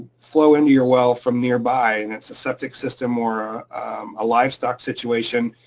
flow into your well from nearby, and it's a septic system or a livestock situation,